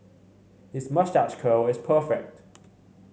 his moustache curl is perfect